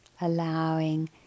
allowing